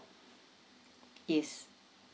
yes